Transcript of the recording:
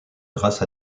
grâce